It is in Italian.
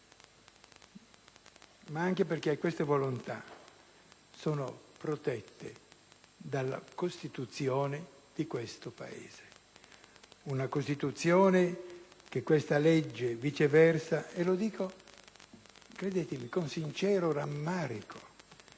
ma anche perché queste volontà sono protette dalla Costituzione di questo Paese. Una Costituzione che questa legge, viceversa - e lo dico con sincero rammarico